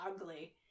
ugly